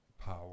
power